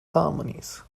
harmonies